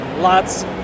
Lots